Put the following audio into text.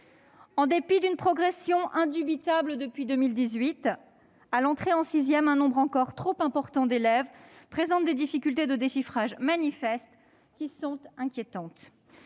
En dépit d'un progrès indubitable depuis 2018, à l'entrée en sixième, un nombre encore trop important d'élèves présente des difficultés de déchiffrage manifestes, qui sont inquiétantes.